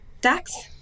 Dax